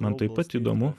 man taip pat įdomu